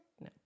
No